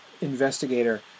investigator